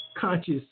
conscious